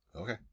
okay